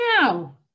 now